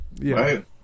right